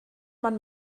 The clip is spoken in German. man